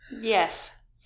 Yes